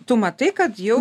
tu matai kad jau